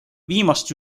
viimast